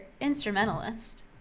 instrumentalist